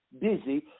busy